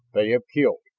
they have killed,